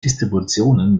distributionen